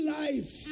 life